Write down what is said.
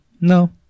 No